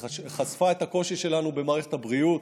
היא חשפה את הקושי שלנו במערכת הבריאות,